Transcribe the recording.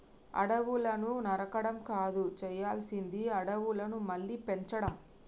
అడవులను నరకడం కాదు చేయాల్సింది అడవులను మళ్ళీ పెంచడం